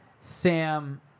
Sam